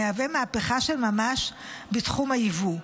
המהווה מהפכה של ממש בתחום היבוא.